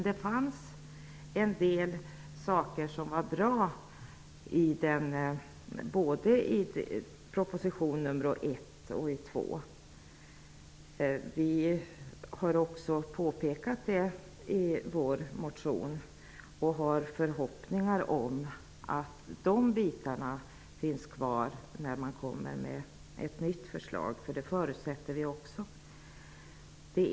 Det fanns en del saker som var bra i både den första och den andra propositionen. Vi har också påpekat det i vår motion. Vi har förhoppningar om att de delarna finns kvar när ett nytt förslag kommer. Vi förutsätter att så sker.